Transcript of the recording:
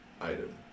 item